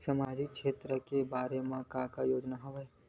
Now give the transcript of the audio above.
सामाजिक क्षेत्र के बर का का योजना हवय?